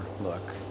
look